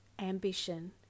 ambition